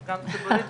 קווי תחבורה,